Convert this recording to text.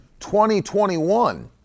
2021